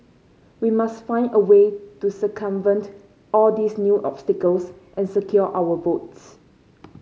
we must find a way to circumvent all these new obstacles and secure our votes